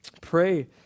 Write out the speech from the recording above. Pray